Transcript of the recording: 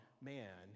man